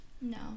No